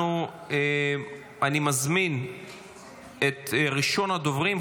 אני מזמין את ראשון הדוברים,